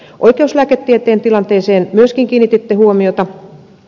oikeuslääketieteen tilanteeseen myöskin kiinnititte huomiota